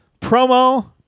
promo